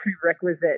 prerequisite